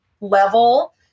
level